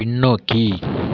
பின்னோக்கி